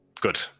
good